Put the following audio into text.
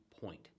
point